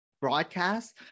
broadcast